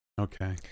okay